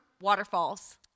waterfalls